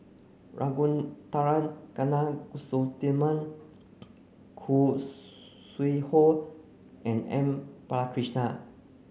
Ragunathar Kanagasuntheram Khoo Sui Hoe and M Balakrishnan